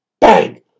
Bang